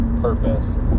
purpose